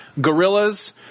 gorillas